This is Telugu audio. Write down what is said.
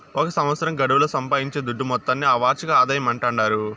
ఒక సంవత్సరం గడువుల సంపాయించే దుడ్డు మొత్తాన్ని ఆ వార్షిక ఆదాయమంటాండారు